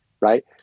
right